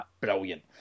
brilliant